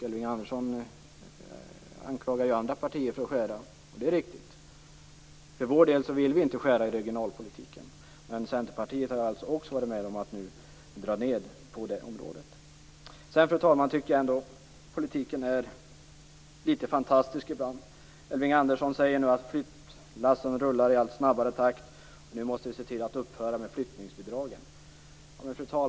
Elving Andersson anklagar andra partier för att skära. Det är riktigt. För vår del vill vi inte skära i regionalpolitiken, men Centerpartiet har också varit med om att dra ned på det området. Fru talman! Ibland är politiken fantastisk. Elving Andersson säger att flyttlassen rullar i allt snabbare takt och att vi nu måste se till att upphöra med flyttbidragen.